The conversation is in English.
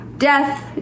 Death